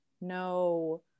no